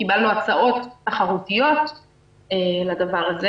קיבלנו הצעות תחרותיות לדבר הזה